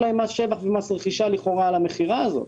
על עסק צריך דיווח מלא.